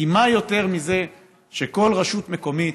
מה יותר מזה שכל רשות מקומית,